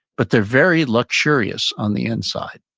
but they're very luxurious on the inside.